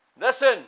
Listen